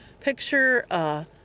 picture